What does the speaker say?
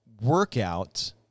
workout